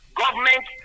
government